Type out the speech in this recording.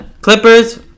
Clippers